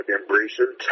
embracing